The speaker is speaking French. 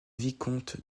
vicomte